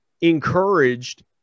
encouraged